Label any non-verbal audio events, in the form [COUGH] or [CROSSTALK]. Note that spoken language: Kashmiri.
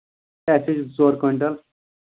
[UNINTELLIGIBLE] ژور کویِنٹَل